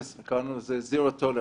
קראנו לזה zero tolerance,